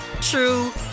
true